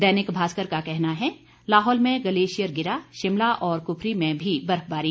दैनिक भास्कर का कहना है लाहौल में ग्लेशियर गिरा शिमला और कुफरी में भी बर्फबारी